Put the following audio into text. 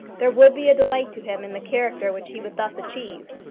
there would be a delight to him in the character which he would thus achieve.